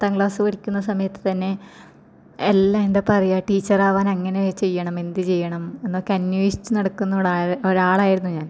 പത്താം ക്ലാസ് പഠിക്കുന്ന സമയത്ത് തന്നെ എല്ലാം എന്താണ് പറയുക ടീച്ചർ ആവാൻ എങ്ങനെ ചെയ്യണം എന്ത് ചെയ്യണം എന്നൊക്കെ അന്വേഷിച്ച് നടക്കുന്നവളായ ഒരാളായിരുന്നു ഞാൻ